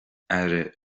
aire